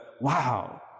wow